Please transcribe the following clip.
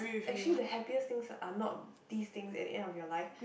actually the happiest things are not these things at the end of your life